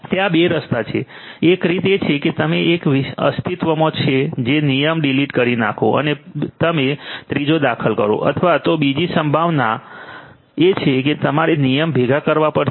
ત્યાં બે રસ્તાઓ છે એક રીત એ છે કે તમે એક અસ્તિત્વમાં છે તે નિયમ ડીલીટ કરી નાખો અને તમે ત્રીજો દાખલ કરો અથવા તો બીજી સંભાવના એ છે કે તમારે નિયમ ભેગા કરવા પડશે